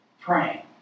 praying